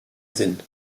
sinn